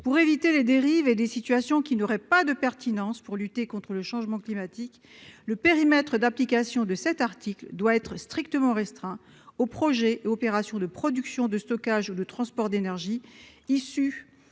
Pour éviter les dérives et des situations qui n'auraient pas de pertinence pour lutter contre le changement climatique, le périmètre d'application de cet article doit être strictement restreint aux projets et opérations de production, de stockage ou de transport d'énergie issus